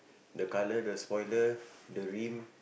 the colour the spoiler the rim